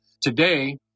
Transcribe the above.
Today